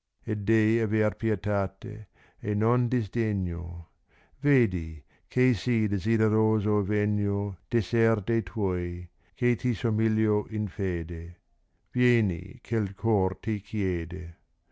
e dei aver pietate e non disdegno tedi che sì desideroso regno d esser de tuoi ch io ti somiglio in fede tieni chel cor ti chiede